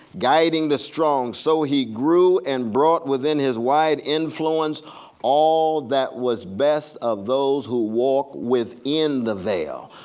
guiding the strong, so he grew and wrought within his wide influence all that was best of those who walk within the veil.